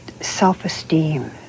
self-esteem